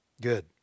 Good